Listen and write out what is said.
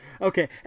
Okay